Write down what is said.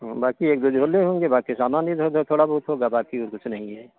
हाँ बाकी एक दो झोले होंगे बाकी सामान इधर उधर थोड़ा बहुत होगा बाकी कुछ नहीं है